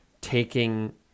taking